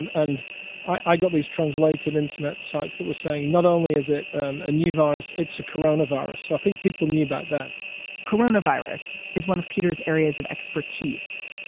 and and i got these translated internet sites that were saying not only is it a new virus, it's a corona virus. i think people knew about that corona virus is one of peter's areas of expertise.